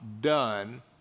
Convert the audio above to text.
done